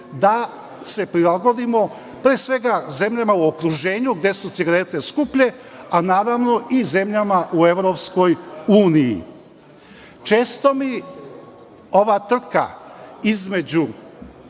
da se prilagodimo, pre svega, zemljama u okruženju gde su cigarete skuplje, a naravno i zemljama u Evropskoj uniji. Često mi ova trka između